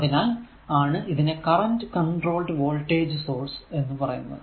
അതിനാൽ ആണ് ഇതിനെ കറന്റ് കോൺട്രോൾഡ് വോൾടേജ് സോഴ്സ് എന്ന് പറയുന്നത്